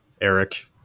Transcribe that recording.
Eric